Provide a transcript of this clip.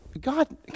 God